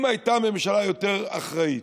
אם הייתה ממשלה יותר אחראית,